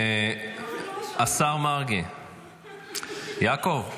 השר מרגי, יעקב,